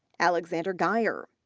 alexander geier,